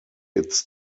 its